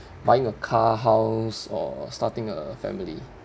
buying a car house or starting a family